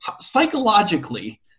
psychologically